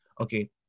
okay